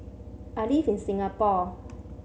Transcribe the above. I live in Singapore